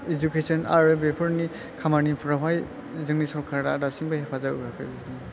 education आरो बेफोरनि खामानिफ्राव हाय जोंनि सरखारा दासिमबो हेफाजाब होयाखै